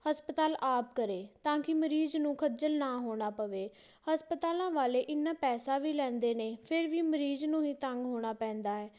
ਹਸਪਤਾਲ ਆਪ ਕਰੇ ਤਾਂ ਕਿ ਮਰੀਜ਼ ਨੂੰ ਖੱਜਲ ਨਾ ਹੋਣਾ ਪਵੇ ਹਸਪਤਾਲਾਂ ਵਾਲੇ ਇੰਨਾ ਪੈਸਾ ਵੀ ਲੈਂਦੇ ਨੇ ਫਿਰ ਵੀ ਮਰੀਜ਼ ਨੂੰ ਹੀ ਤੰਗ ਹੋਣਾ ਪੈਂਦਾ ਹੈ